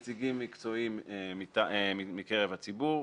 נציגים מקצועיים מקרב הציבור,